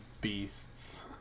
beasts